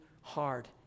hard